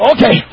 Okay